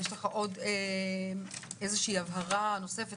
הבהרה נוספת